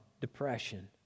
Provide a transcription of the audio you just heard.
depression